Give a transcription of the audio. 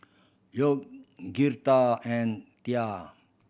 York Girtha and Tia